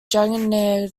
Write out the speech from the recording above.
jahangir